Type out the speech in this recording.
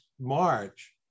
March